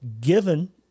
given